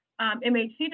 MHC